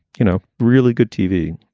you know, really good tv.